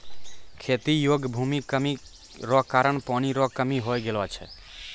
खेती योग्य भूमि कमी रो कारण पानी रो कमी हो गेलौ छै